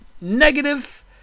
negative